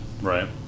right